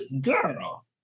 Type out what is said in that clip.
girl